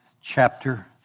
chapter